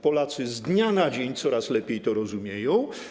Polacy z dnia na dzień coraz lepiej to rozumieją.